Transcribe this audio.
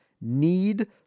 need